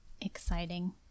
Exciting